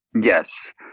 Yes